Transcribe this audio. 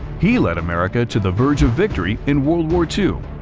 he led america to the verge of victory in world war two,